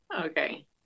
Okay